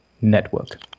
network